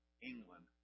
England